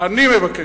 אני מבקש,